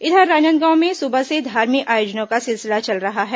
इधर राजनांदगांव में सुबह से धार्मिक आयोजनों का सिलसिला चल रहा है